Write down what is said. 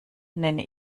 nenne